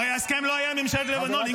ההסכם היה עם ממשלת לבנון.